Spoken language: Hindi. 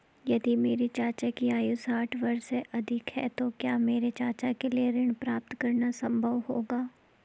यदि मेरे चाचा की आयु साठ वर्ष से अधिक है तो क्या मेरे चाचा के लिए ऋण प्राप्त करना संभव होगा?